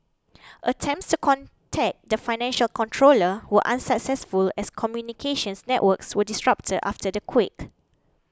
attempts to contact the financial controller were unsuccessful as communications networks were disrupted after the quake